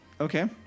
Okay